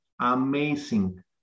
amazing